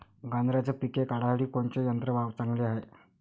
गांजराचं पिके काढासाठी कोनचे यंत्र चांगले हाय?